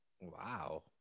Wow